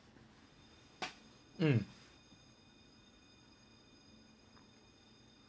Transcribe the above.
mm